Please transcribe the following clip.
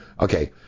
Okay